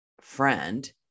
friend